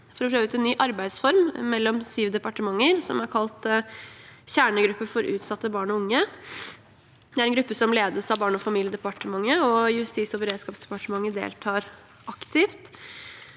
for å prøve ut en ny arbeidsform mellom sju departementer. Den er kalt en kjernegruppe for utsatte barn og unge. Det er en gruppe som ledes av Barne- og familiedepartementet, og Justis- og beredskapsdepartementet deltar aktivt.